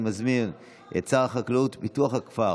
אני מזמין את שר החקלאות ופיתוח הכפר